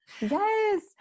Yes